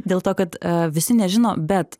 dėl to kad visi nežino bet